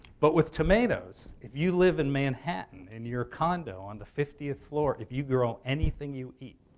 but with tomatoes, if you live in manhattan in your condo on the fifteenth floor, if you grow anything you eat,